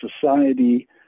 society